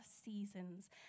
seasons